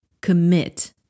commit